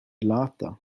laughter